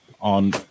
on